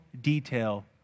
detail